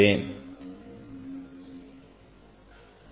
Thank you for your attention